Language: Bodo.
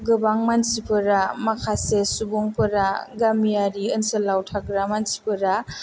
गोबां मानसिफोरा माखासे सुबुं फोरा गामियारि ओनसोलफोराव थाग्रा मानसिफोरा